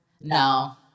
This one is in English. No